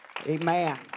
Amen